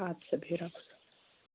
آدٕ سا بِہِو رۄبس